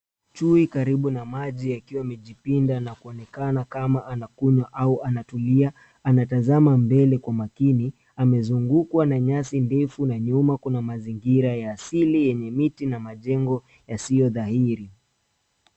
Chui karibu na maji akiwa amejipinda na kuonekana kama anakunywa au anatulia anatazama mbele kwa makini amezungukwa na nyasi ndefu na nyuma kuna mazingira ya asili yenye miti na majengo yasiyodhahiri.